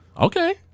Okay